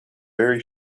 very